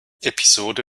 episode